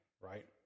right